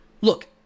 Look